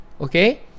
okay